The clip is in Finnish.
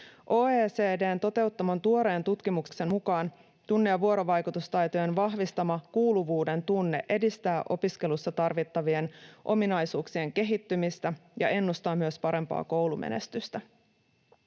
OECD:n toteuttaman tuoreen tutkimuksen mukaan tunne‑ ja vuorovaikutustaitojen vahvistama kuuluvuuden tunne edistää opiskelussa tarvittavien ominaisuuksien kehittymistä ja ennustaa myös parempaa koulumenestystä.